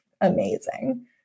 amazing